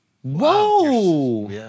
Whoa